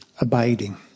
abiding